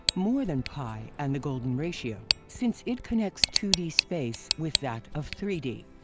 more than pi and the golden ratio, since it connects two d space with that of three d.